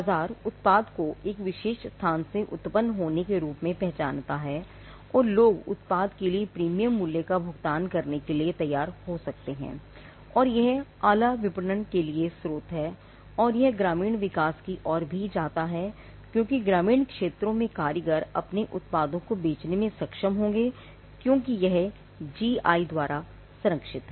बाजार उत्पाद को एक विशेष स्थान से उत्पन्न होने के रूप में पहचानता है और लोग उत्पाद के लिए प्रीमियम द्वारा संरक्षित है